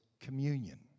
communion